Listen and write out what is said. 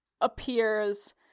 appears